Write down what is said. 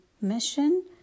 mission